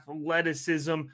athleticism